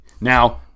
Now